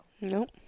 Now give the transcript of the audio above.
nope